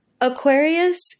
Aquarius